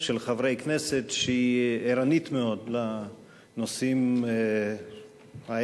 של חברי כנסת שהיא ערנית מאוד לנושאים האלה,